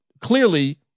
Clearly